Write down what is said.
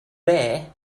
there